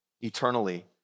eternally